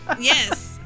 yes